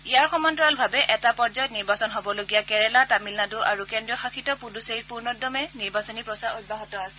ইয়াৰ সমান্তৰালভাৱে এটা পৰ্যায়ত নিৰ্বাচন হ'বলগীয়া কেৰালা তামিলনাডু আৰু কেন্দ্ৰীয় শাসিত পুডুচেৰীতো পুৰ্ণোদ্যমে নিৰ্বাচনী প্ৰচাৰ অব্যাহত আছে